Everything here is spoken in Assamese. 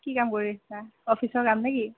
কি কাম কৰি আছা অফিচৰ কাম নে কি